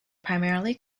primarily